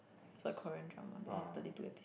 it's a Korean drama they has thirty two episodes